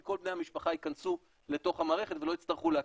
כל בני המשפחה ייכנסו לתוך המערכת ולא יצטרכו להקליד.